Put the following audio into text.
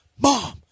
mom